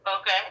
Okay